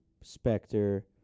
Spectre